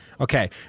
Okay